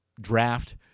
draft